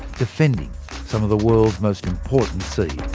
defending some of the world's most important seeds